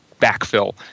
backfill